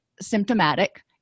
symptomatic